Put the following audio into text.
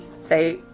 say